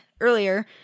earlier